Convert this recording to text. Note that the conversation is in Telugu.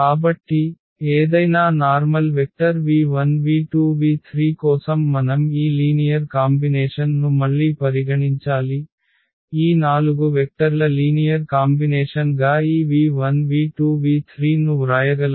కాబట్టి ఏదైనా నార్మల్ వెక్టర్v1 v2 v3 కోసం మనం ఈ లీనియర్ కాంబినేషన్ ను మళ్ళీ పరిగణించాలి ఈ నాలుగు వెక్టర్ల లీనియర్ కాంబినేషన్ గా ఈ v1 v2 v3 ను వ్రాయగలమా